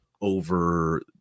over